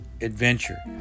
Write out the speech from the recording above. adventure